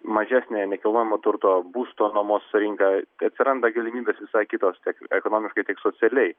mažesnė nekilnojamo turto būsto nuomos rinka atsiranda galimybės visai kitos tiek ekonomiškai tiek socialiai